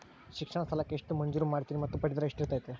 ಶಿಕ್ಷಣ ಸಾಲಕ್ಕೆ ಎಷ್ಟು ಮಂಜೂರು ಮಾಡ್ತೇರಿ ಮತ್ತು ಬಡ್ಡಿದರ ಎಷ್ಟಿರ್ತೈತೆ?